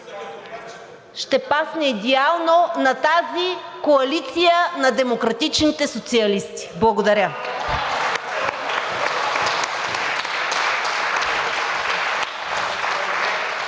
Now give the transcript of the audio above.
ще пасне идеално на тази коалиция на демократичните социалисти. Благодаря.